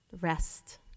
rest